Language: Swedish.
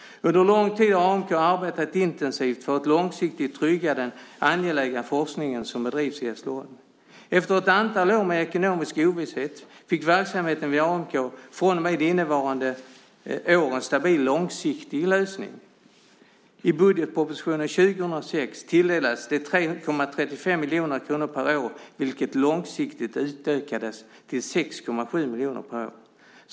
Under lång tid har AMK arbetat intensivt för att långsiktigt trygga den angelägna forskning som bedrivs i Hässleholm. Efter ett antal år med ekonomisk ovisshet fick verksamheten vid AMK från och med innevarande år en stabil, långsiktig lösning. I budgetpropositionen år 2006 tilldelades den 3,35 miljoner kronor per år vilket långsiktigt utökades till 6,7 miljoner kronor per år.